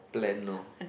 plan lor